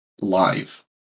live